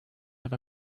have